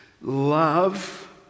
Love